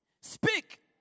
Speak